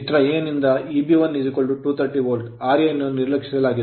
ಚಿತ್ರ ನಿಂದ Eb1 230 volt ra ಅನ್ನು ನಿರ್ಲಕ್ಷಿಸಲಾಗಿದೆ